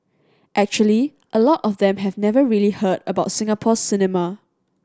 actually a lot of them have never really heard about Singapore cinema